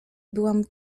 byłam